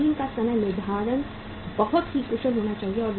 machine का समय निर्धारण बहुत ही कुशल होना चाहिए